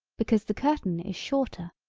because the curtain is shorter.